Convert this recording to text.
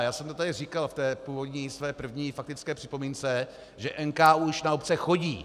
Já jsem to tady říkal v té původní své první faktické připomínce, že NKÚ už na obce chodí.